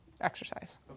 exercise